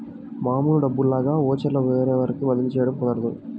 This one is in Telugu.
మామూలు డబ్బుల్లాగా ఓచర్లు వేరొకరికి బదిలీ చేయడం కుదరదు